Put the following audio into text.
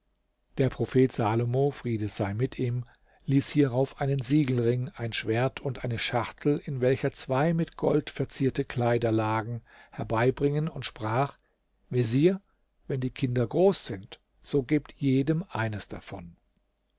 der prophet salomo friede sei mit ihm ließ hierauf einen siegelring ein schwert und eine schachtel in welcher zwei mit gold verzierte kleider lagen herbeibringen und sprach vezier wenn die kinder groß sind so gebt jedem eines davon